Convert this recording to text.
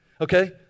Okay